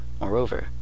Moreover